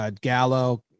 Gallo